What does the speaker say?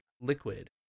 liquid